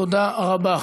תודה רבה.